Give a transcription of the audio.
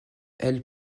elle